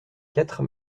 quatre